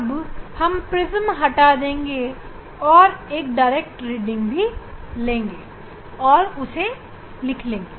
अब हम प्रिज्म हटा देंगे और एक डायरेक्ट रीडिंग भी लेंगे और उसको भी लिख लेंगे